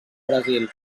brasil